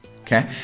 Okay